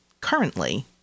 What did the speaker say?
currently